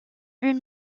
une